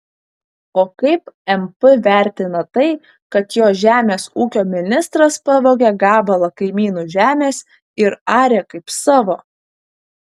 o kaip mp vertina tai kad jo žemės ūkio ministras pavogė gabalą kaimynų žemės ir arė kaip savo